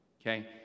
okay